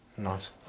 Nice